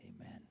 Amen